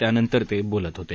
त्यानंतर ते बोलत होते